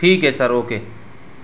ٹھیک ہے sir okay